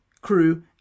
crew